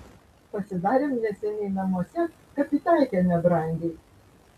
pasidarėm neseniai namuose kapitalkę nebrangiai